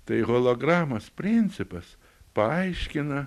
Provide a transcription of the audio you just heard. tai hologramos principas paaiškina